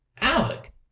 Alec